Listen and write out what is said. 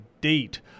date